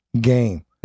game